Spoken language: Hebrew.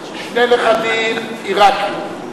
שני נכדים עיראקים,